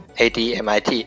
admit